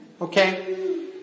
okay